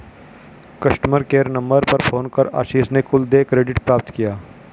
customer care number पर phone कर आशीष ने कुल देय क्रेडिट प्राप्त किया